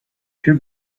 two